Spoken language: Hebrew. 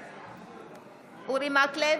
בעד אורי מקלב,